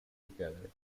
together